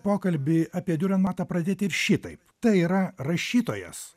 pokalbį apie diurenmatą pradėti ir šitaip tai yra rašytojas